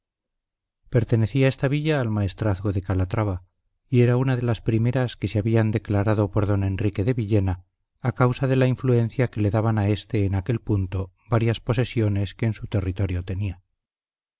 pertenecía esta villa al maestrazgo de calatrava y era una de las primeras que se habían declarado por don enrique de villena a causa de la influencia que le daban a éste en aquel punto varias posesiones que en su territorio tenía